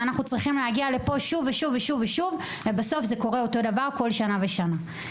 ואנחנו צריכים להגיע לכאן שוב ושוב ובסוף קורה אותו דבר בכל שנה ושנה.